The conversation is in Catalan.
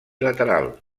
lateral